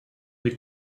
the